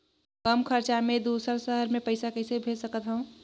कम खरचा मे दुसर शहर मे पईसा कइसे भेज सकथव?